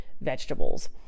vegetables